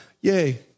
Yay